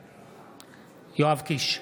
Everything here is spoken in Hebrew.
בעד יואב קיש,